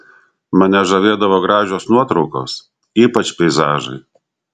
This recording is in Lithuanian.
mane žavėdavo gražios nuotraukos ypač peizažai